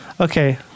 Okay